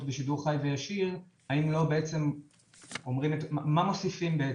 לתקשורת בשידור חי וישיר, מה מוסיפים?